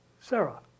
Sarah